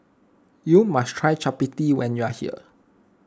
you must try Chappati when you are here